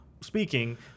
speaking